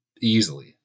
easily